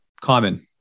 common